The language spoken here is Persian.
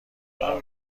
قرار